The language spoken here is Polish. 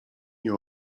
nie